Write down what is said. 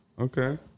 Okay